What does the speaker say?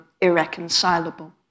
irreconcilable